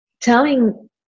telling